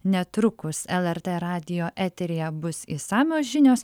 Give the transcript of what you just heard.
netrukus lrt radijo eteryje bus išsamios žinios